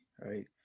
right